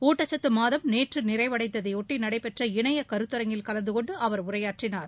ஊட்டக்கத்து மாதம் நேற்று நிறைவடந்ததையொட்டி நடைபெற்ற இணைய கருத்தரங்கில் கலந்தகொண்டு அவர் உரையாற்றினார்